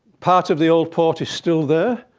part of the old port is still there.